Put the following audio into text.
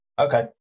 Okay